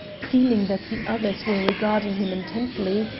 feeling that the others were regarding him intently,